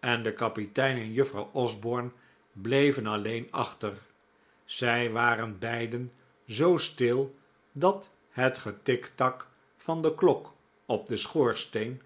en de kapitein en juffrouw osborne bleven alleen achter zij waren beiden zoo stil dat het getiktak van de klok op den schoorsteen